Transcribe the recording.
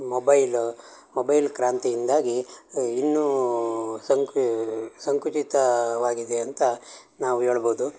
mobile mobile ಕ್ರಾಂತಿಯಿಂದಾಗಿ ಇನ್ನೂ ಸಂಕೂ ಸಂಕುಚಿತವಾಗಿದೆ ಅಂತ ನಾವು ಹೇಳ್ಬೋದು